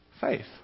faith